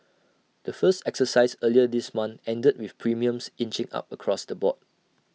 the first exercise earlier this month ended with premiums inching up across the board